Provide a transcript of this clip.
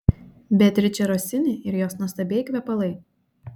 beatričė rosini ir jos nuostabieji kvepalai